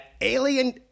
Alien